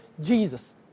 Jesus